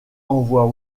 envoie